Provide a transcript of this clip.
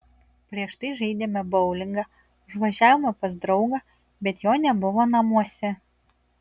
prieš tai žaidėme boulingą užvažiavome pas draugą bet jo nebuvo namuose